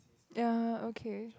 ya okay